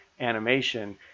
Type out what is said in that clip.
animation